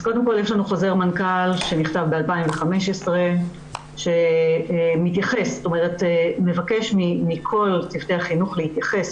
יש לנו חוזר מנכ"ל שנכתב ב-2015 והוא מבקש מכל צוותי החינוך להתייחס,